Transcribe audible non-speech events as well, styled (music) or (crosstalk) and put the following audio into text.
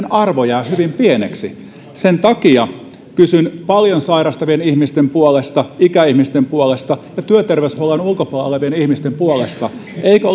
(unintelligible) arvo jää hyvin pieneksi sen takia kysyn paljon sairastavien ihmisten puolesta ikäihmisten puolesta ja työterveyshuollon ulkopuolella olevien ihmisten puolesta eikö (unintelligible)